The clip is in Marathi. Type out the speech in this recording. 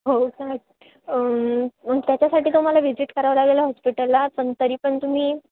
हो का त्याच्यासाठी तुम्हाला व्हिजिट करावं लागेल हॉस्पिटलला पण तरी पण तुम्ही